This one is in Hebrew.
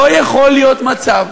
לא יכול להיות מצב